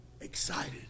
Excited